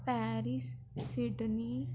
Paris Sydney